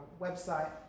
website